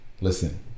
Listen